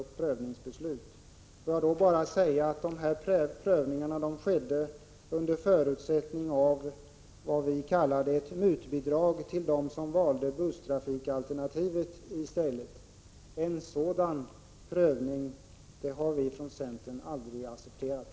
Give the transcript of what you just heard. Jag vill till detta bara säga att dessa prövningar har skett under förutsättning av vad vi kallade ett mutbidrag till dem som valde busstrafikalternativet i stället. En prövning under sådana villkor har vi från centern aldrig accepterat.